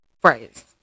phrase